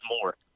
more